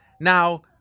Now